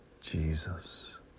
Jesus